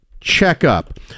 checkup